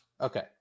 Okay